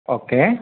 okay